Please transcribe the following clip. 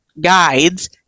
guides